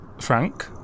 Frank